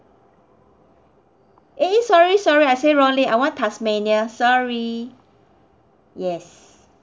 eh sorry sorry I say wrongly I want tasmania sorry yes